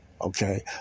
Okay